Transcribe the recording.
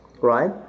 right